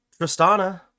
Tristana